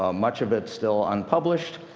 ah much of it still unpublished,